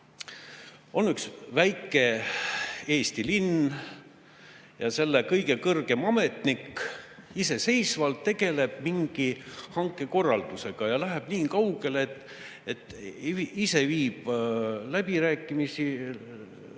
On üks väike Eesti linn ja selle kõige kõrgem ametnik iseseisvalt tegeleb mingi hankekorraldusega ja läheb nii kaugele, et ise viib läbirääkimisi läbi,